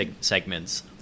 segments